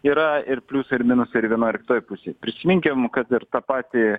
yra ir pliusų ir minusų ir vienoj ir kitoj pusėj prisiminkim kad ir tą patį